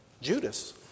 Judas